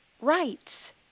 Rights